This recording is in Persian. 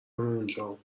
اونجام